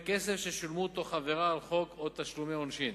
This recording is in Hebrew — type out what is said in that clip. כסף ששולמו תוך עבירה על חוק או תשלומי עונשין,